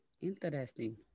interesting